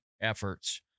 efforts